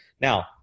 Now